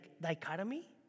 dichotomy